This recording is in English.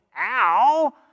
ow